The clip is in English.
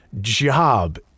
job